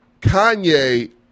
Kanye